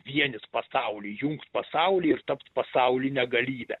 vienyt pasaulį jungt pasaulį ir tapt pasauline galybe